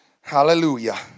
Hallelujah